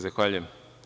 Zahvaljujem.